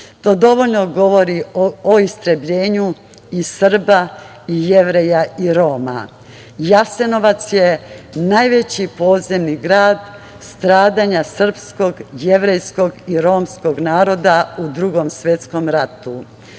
To dovoljno govori o istrebljenju i Srba i Jevreja i Roma. Jasenovac je najveći podzemni grad stradanja srpskog, jevrejskog i romskog naroda u Drugom svetskom ratu.